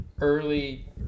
early